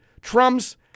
Trump's